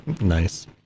Nice